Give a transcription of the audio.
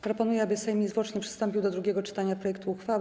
Proponuję, aby Sejm niezwłocznie przystąpił do drugiego czytania projektu uchwały.